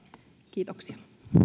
kiitoksia